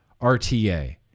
RTA